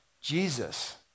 Jesus